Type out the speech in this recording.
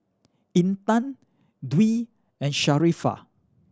Intan Dwi and Sharifah